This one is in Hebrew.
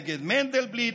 נגד מנדלבליט,